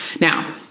Now